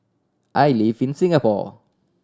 I live in Singapore